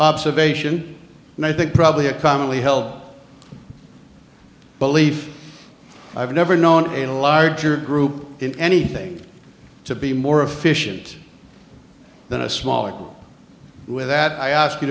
observation and i think probably a commonly held belief i've never known in a larger group in anything to be more efficient than a smaller pool with that i ask you